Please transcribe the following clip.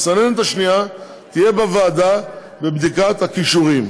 המסננת השנייה תהיה בוועדה לבדיקת הכישורים.